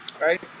Right